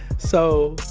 so,